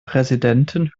präsidenten